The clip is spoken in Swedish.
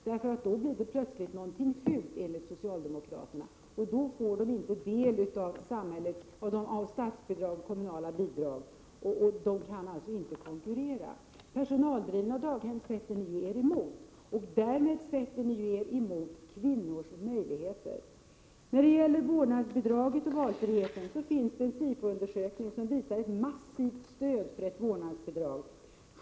Det blir plötsligt någonting fult enligt socialdemokraterna, och då får de inte del av statsbidrag och kommunala bidrag. De kan alltså inte konkurrera. Personaldrivna daghem sätter ni er ju emot. Därmed sätter ni er emot kvinnors möjligheter. Det finns en Sifoundersökning om vårdnadsbidragen och valfriheten, som visar ett massivt stöd för vårdnadsbidrag.